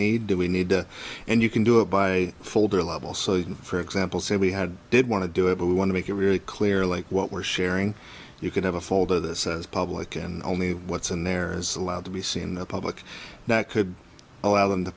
do we need to and you can do it by folder level so you can for example say we had did want to do it but we want to make it really clear like what we're sharing you can have a folder that says public and only what's in there is a lot to be seen in the public that could allow them to